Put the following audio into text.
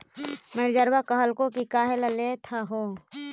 मैनेजरवा कहलको कि काहेला लेथ हहो?